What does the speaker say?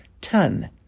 ton